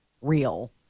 real